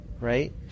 right